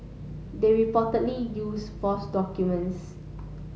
they reportedly use false documents